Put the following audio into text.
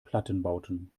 plattenbauten